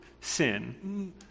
sin